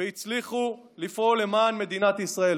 והצליחו לפעול למען מדינת ישראל.